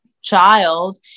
child